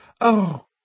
Oh